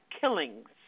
killings